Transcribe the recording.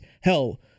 hell